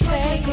say